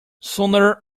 sooner